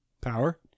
power